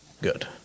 Good